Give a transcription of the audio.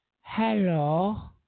Hello